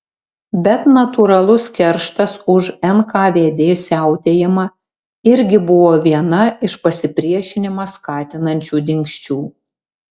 bet natūralus kerštas už nkvd siautėjimą irgi buvo viena iš pasipriešinimą skatinančių dingsčių